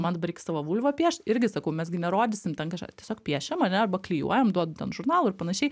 man dabar reik savo vulvą piešt irgi sakau mes gi nerodysim ten kažką tiesiog piešiam ar ne arba klijuojam duodu ten žurnalų ir panašiai